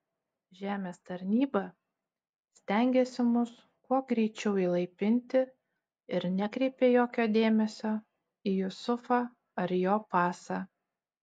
žemės tarnyba stengėsi mus kuo greičiau įlaipinti ir nekreipė jokio dėmesio į jusufą ar jo pasą